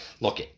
look